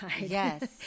Yes